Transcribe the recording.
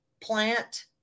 plant